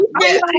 yes